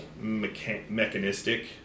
mechanistic